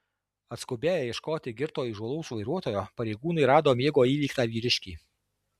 atskubėję ieškoti girto įžūlaus vairuotojo pareigūnai rado miego įveiktą vyriškį